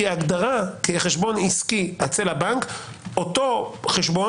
כי בהגדרה של חשבון עסקי אצל הבנק - אותו חשבון